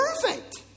perfect